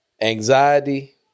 Anxiety